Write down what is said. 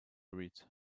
read